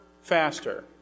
faster